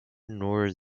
nor